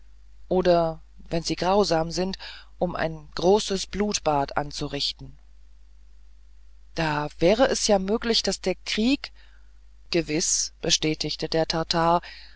oder wenn sie grausam sind um ein großes blutbad anzurichten da wäre es ja möglich daß der krieg gewiß bestätigte der tatar